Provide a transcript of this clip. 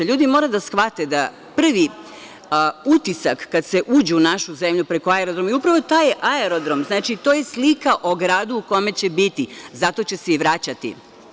LJudi moraju da shvate, prvi utisak kada se uđe u našu zemlju, preko aerodroma i upravo taj aerodrom, to je slika o gradu u kome će biti i zato će se i vraćati.